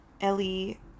Ellie